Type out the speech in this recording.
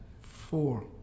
Four